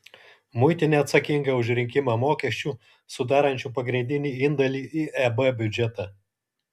muitinė atsakinga už rinkimą mokesčių sudarančių pagrindinį indėlį į eb biudžetą